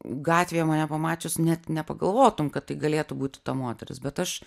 gatvėje mane pamačius net nepagalvotum kad tai galėtų būti ta moteris bet aš